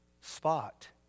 spot